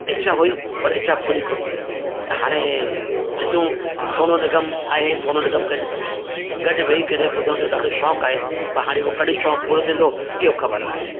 इच्छा हुई पर इच्छा पुरी कोनि थी हाणे ॾिसूं सोनू निगम आहे सोनू निगम खे गॾु वेई करे ॿुधण जो ॾाढो शौक़ु आहे प हाणे ओ कॾहिं शौक़ु पुरो थींदो इहो ख़बर न आहे